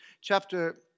chapter